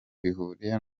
bihuriye